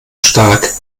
stark